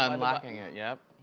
um unlocking it, yup.